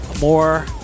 more